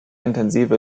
intensive